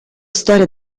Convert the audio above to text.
storia